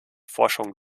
forschung